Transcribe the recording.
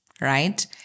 right